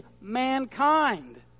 mankind